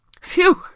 Phew